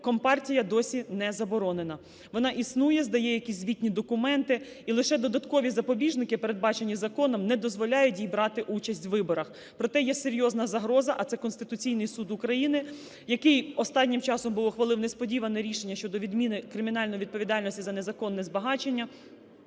Компартія досі не заборонена. Вона існує, здає якісь звітні документи, і лише додаткові запобіжники, передбачені законом, не дозволяють їй брати участь у виборах. Проте є серйозна загроза, а це Конституційний Суд України, який останнім часом був ухвалив несподіване рішення щодо відміни кримінальної відповідальності за незаконне збагачення,